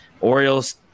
Orioles